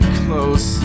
close